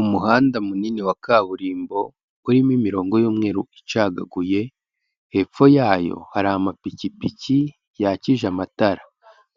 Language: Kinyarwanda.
Umuhanda munini wa kaburimbo urimo imirongo y'umweru icagaguye, hepfo yayo hari amapikipiki yakije amatara,